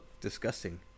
disgusting